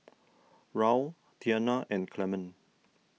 Raul Tianna and Clement